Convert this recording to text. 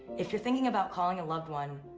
if you're thinking about calling a loved one,